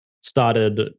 started